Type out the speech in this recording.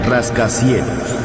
Rascacielos